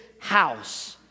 house